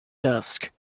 dusk